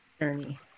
Journey